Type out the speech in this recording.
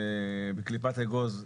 בקליפת אגוז,